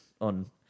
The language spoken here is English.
on